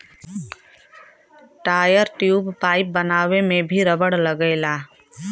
tyre, tube, pipe बनावे में भी रबड़ लगला